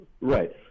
right